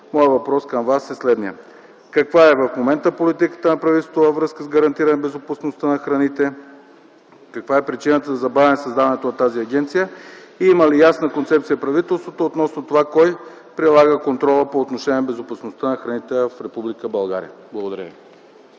моят въпрос към Вас е следният: каква е в момента политиката на правителството във връзка с гарантиране безопасността на храните? Каква е причината за забавяне на създаването на тази агенция? Има ли ясна концепция правителството относно това кой прилага контрола по отношение безопасността на храните в Република България? Благодаря